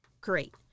Great